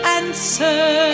answer